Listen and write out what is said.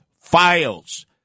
Files